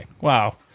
Wow